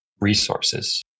resources